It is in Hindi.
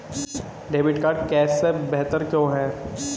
डेबिट कार्ड कैश से बेहतर क्यों है?